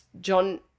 John